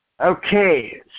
okay